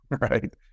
right